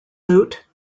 lute